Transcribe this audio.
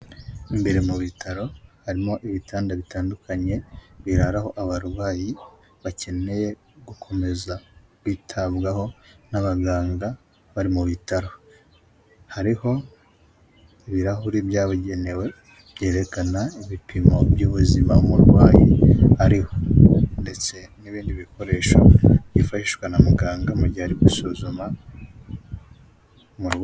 Imbere mu bitaro harimo ibitanda bitandukanye birara aho abarwayi bakeneye gukomeza kwitabwaho n'abaganga bari mu bitaro, hariho ibirahure byabugenewe byerekana ibipimo by'ubuzima umurwayi ariho, ndetse n'ibindi bikoresho byifashishwa na muganga mu gihe ari gusuzuma umurwayi.